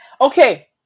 Okay